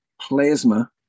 plasma